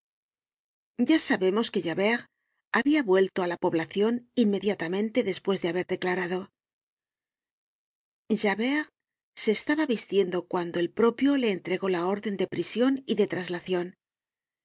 ya sabemos que javert habia vuelto á la poblacion inmediatamente despues de haber declarado javert s e estaba vistiendo cuando el propio le entregó la orden de prision y de traslacion